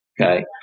Okay